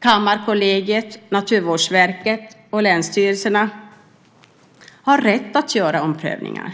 Kammarkollegiet, Naturvårdsverket och länsstyrelserna har rätt att göra omprövningar.